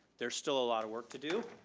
there's still a lot of work to do,